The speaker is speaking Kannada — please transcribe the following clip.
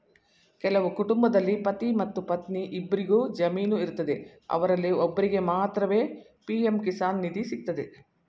ಕೆಲವು ಕುಟುಂಬದಲ್ಲಿ ಪತಿ ಮತ್ತು ಪತ್ನಿ ಇಬ್ಬರಿಗು ಜಮೀನು ಇರ್ತದೆ ಅವರಲ್ಲಿ ಒಬ್ಬರಿಗೆ ಮಾತ್ರವೇ ಪಿ.ಎಂ ಕಿಸಾನ್ ನಿಧಿ ಸಿಗ್ತದೆ